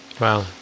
Wow